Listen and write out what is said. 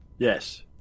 Yes